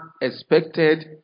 expected